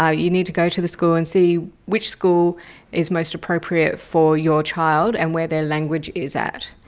ah you need to go to the school and see which school is most appropriate for your child, and where their language is at.